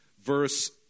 verse